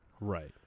Right